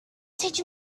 teach